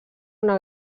una